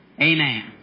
Amen